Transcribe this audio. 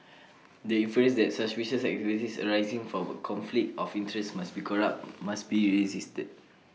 the inference that suspicious activities arising from A conflict of interest must be corrupt must be resisted